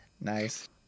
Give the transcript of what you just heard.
Nice